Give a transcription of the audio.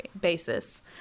basis